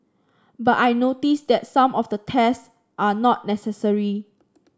but I notice that some of the tests are not necessary